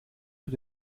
für